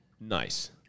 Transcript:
nice